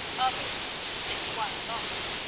others to sleep a while longer.